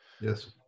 Yes